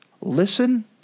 Listen